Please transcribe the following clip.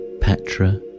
petra